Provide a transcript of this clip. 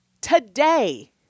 Today